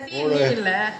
T_V இல்ல:illa